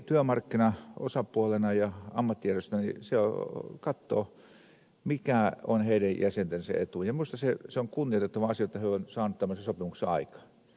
pam työmarkkinaosapuolena ja ammattijärjestönä katsoo mikä on heidän jäsentensä etu ja minusta se on kunnioitettava asia jotta he ovat saaneet tämmöisen sopimuksen aikaan